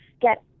get